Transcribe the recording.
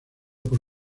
por